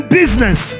business